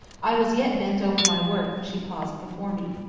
i was yet bent over my work when she paused before me.